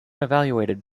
evaluated